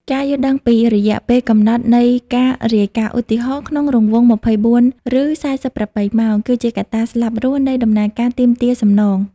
ការយល់ដឹងពី រយៈពេលកំណត់នៃការរាយការណ៍ (ឧទាហរណ៍៖ ក្នុងរង្វង់ ២៤ ឬ ៤៨ ម៉ោង) គឺជាកត្តាស្លាប់រស់នៃដំណើរការទាមទារសំណង។